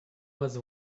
was